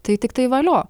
tai tiktai valio